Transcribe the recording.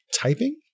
typing